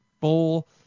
bowl